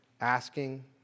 asking